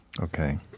Okay